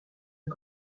une